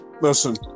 listen